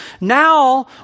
Now